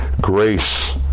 grace